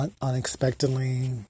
unexpectedly